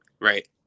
Right